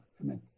Amen